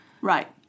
Right